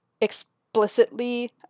explicitly